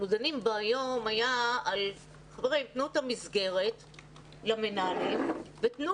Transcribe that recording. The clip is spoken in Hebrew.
מקיימים היום היה על מתן מסגרת למנהלים ותנו